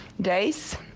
days